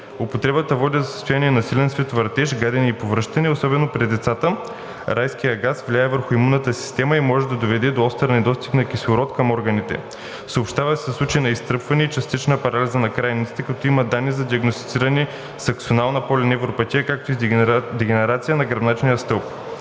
употребата води до състояние на силен световъртеж, гадене и повръщане. Особено при децата райският газ влияе върху имунната система и може да доведе до остър недостиг на кислород към органите. Съобщава се за случаи на изтръпване и частична парализа на крайниците, като има данни за диагностицирани с аксонална полиневропатия, както и с дегенерация на гръбначния стълб.